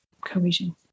cohesion